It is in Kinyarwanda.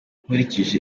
nkurikije